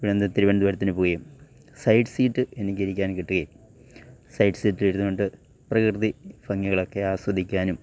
ഇവിടെന്ന് തിരുവനന്തപുരത്തിന് പോവേം സൈഡ് സീറ്റ് എനിക്ക് ഇരിക്കാൻ കിട്ട്കേം സൈഡ് സീറ്റിലിരുന്നോണ്ട് പ്രകൃതി ഭംഗികളൊക്കെ ആസ്വദിക്കാനും